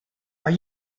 are